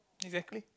exactly